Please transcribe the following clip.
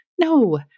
no